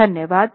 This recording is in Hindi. धन्यवाद